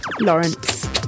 Lawrence